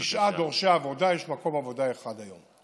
תשעה דורשי עבודה יש מקום עבודה אחד היום.